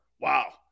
Wow